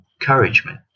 encouragement